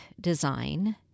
design